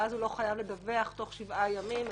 ואז הוא לא חייב לדווח תוך שבעה ימים,